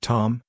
Tom